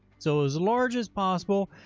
so as large as possible,